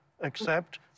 accept